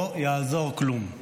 לא יעזור כלום,